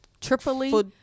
Tripoli